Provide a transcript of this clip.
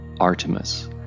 Artemis